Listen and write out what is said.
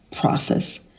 process